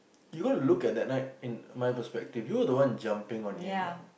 you gotta look at that night in my perspective you were the one jumping on him eh